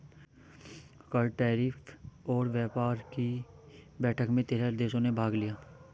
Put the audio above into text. कर, टैरिफ और व्यापार कि बैठक में तेरह देशों ने भाग लिया